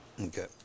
okay